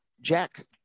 Jack